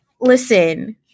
listen